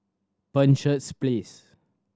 Penshurst Place